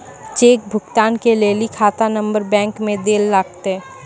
cheque भुगतान के लेली खाता नंबर बैंक मे दैल लागतै